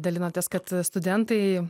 dalinotės kad studentai